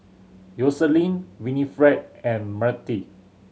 Yoselin Winnifred and Myrtie